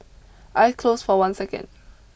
eye closed for one second